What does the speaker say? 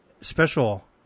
special